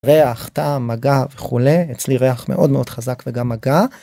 ריח, טעם, מגע וכו', אצלי ריח מאוד מאוד חזק וגם מגע.